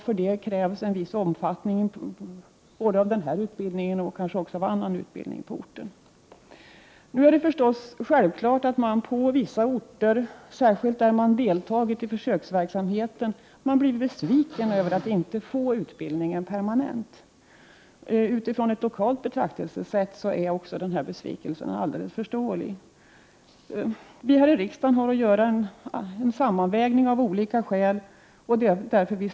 För detta krävs en viss omfattning både när det gäller denna utbildning och kanske också andra utbildningar på orten. Nu är det förstås självklart att man på vissa orter, särskilt där man deltagit i försöksverksamheten, blivit besviken över att man inte får utbildningen permanent. Utifrån ett lokalt betraktelsesätt är besvikelsen också förståelig. Vi här i riksdagen har dock att göra en sammanvägning av olika skäl. Det är 23 Prot.